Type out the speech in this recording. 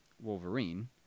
Wolverine